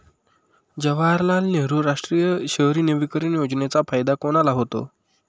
जवाहरलाल नेहरू राष्ट्रीय शहरी नवीकरण योजनेचा फायदा कोणाला होतो?